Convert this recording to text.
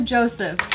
Joseph